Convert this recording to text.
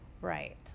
right